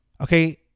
Okay